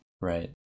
right